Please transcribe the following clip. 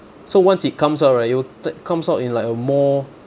so once it comes out right it will t~ comes out in like a more